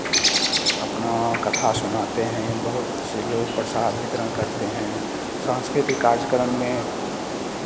अपना कथा सुनाते हैं बहुत से लोग प्रसाद वितरण करते हैं सांस्कृतिक कार्यक्रम में